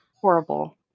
horrible